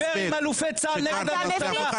דיבר עם אלופי צה"ל נגד הממשלה.